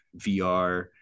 VR